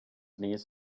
knees